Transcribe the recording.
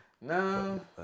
No